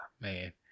Man